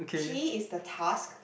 T is the task